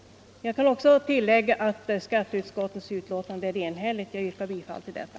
Jag kan också tillägga att skatteutskottets betänkande är enhälligt, och jag yrkar bifall till detta.